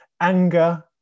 Anger